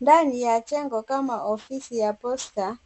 Ndani ya jengo kama ofisi ya Posta